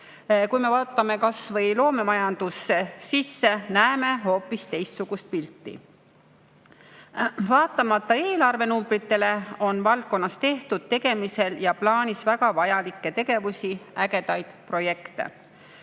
Kui me vaatame sisse kas või loomemajandusse, siis näeme hoopis teistsugust pilti. Vaatamata eelarvenumbritele on valdkonnas tehtud, tegemisel ja plaanis väga vajalikke tegevusi, ägedaid projekte.